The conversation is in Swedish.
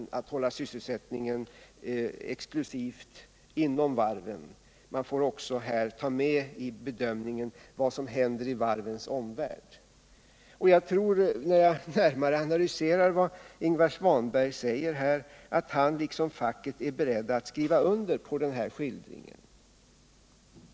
Man får alltså här också ta med i bedömningen vad som händer i varvens omvärld. När jag närmare analyserar vad Ingvar Svanberg sade tror jag att han, liksom facket, är beredd att skriva under den här beskrivningen.